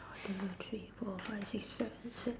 one two three four five six seven se~